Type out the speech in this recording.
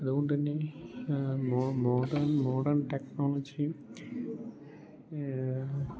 അതുകൊണ്ട് തന്നെ modern modern ടെക്നോളജിം